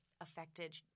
affected